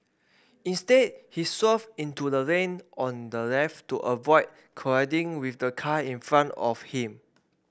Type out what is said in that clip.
instead he swerved into the lane on the left to avoid colliding with the car in front of him